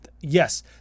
yes